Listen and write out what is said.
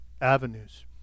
Avenues